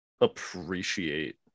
appreciate